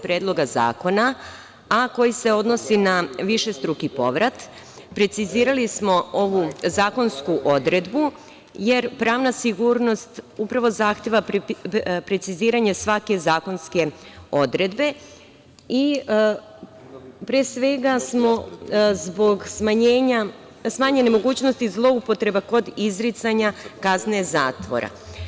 Predloga zakona, a koji se odnosi na višestruki povrat, precizirali smo ovu zakonsku odredbu, jer pravna sigurnost upravo zahteva preciziranje svake zakonske odredbe, pre svega, zbog smanjene mogućnosti zloupotreba kod izricanja kazne zatvora.